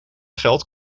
geld